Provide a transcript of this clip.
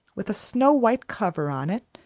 with a snow-white cover on it,